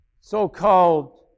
so-called